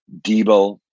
Debo